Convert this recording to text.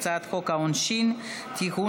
הצעת חוק העונשין (תיקון,